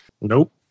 Nope